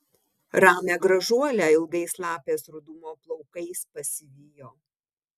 ramią gražuolę ilgais lapės rudumo plaukais pasivijo